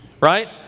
right